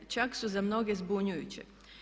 Čak su za mnoge zbunjujuće.